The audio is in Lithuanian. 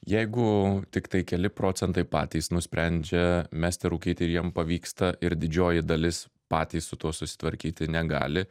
jeigu tiktai keli procentai patys nusprendžia mesti rūkyt ir jiem pavyksta ir didžioji dalis patys su tuo susitvarkyti negali